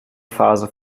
phase